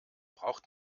braucht